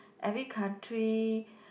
every country